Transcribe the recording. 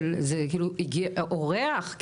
זה, הגיע אורח?